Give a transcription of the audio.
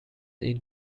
این